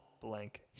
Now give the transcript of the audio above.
blank